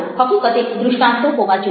હકીકતે દ્રષ્ટાન્તો હોવા જોઈએ